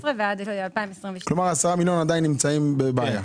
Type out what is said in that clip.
מ-2019 עד 2022. כלומר 10 מיליון נמצאים עדיין בבעיה.